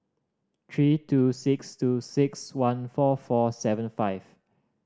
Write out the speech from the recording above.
three two six two six one four four seven five